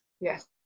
Yes